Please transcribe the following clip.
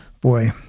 boy